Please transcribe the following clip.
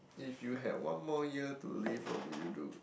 if you had one more year to live what would you do